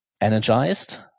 energized